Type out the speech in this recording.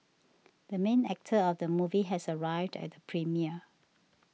the main actor of the movie has arrived at the premiere